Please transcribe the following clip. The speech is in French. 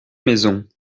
maisons